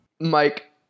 Mike